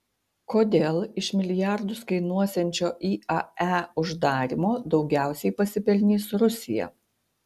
kodėl iš milijardus kainuosiančio iae uždarymo daugiausiai pasipelnys rusija